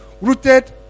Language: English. rooted